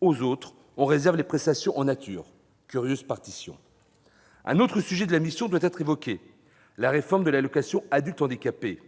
aux autres, on réserve les prestations en nature : curieuse partition ... Un autre sujet de la mission doit être évoqué : la réforme de l'allocation aux adultes handicapés.